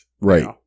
right